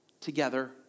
together